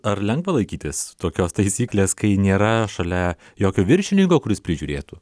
ar lengva laikytis tokios taisyklės kai nėra šalia jokio viršininko kuris prižiūrėtų